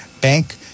Bank